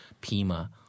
Pima